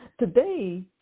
today